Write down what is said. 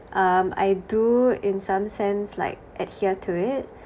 um I do in some sense like adhere to it